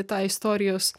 tą istorijos